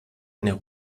eine